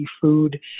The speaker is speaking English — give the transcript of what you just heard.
food